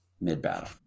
mid-battle